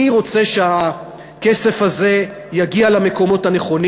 אני רוצה שהכסף הזה יגיע למקומות הנכונים.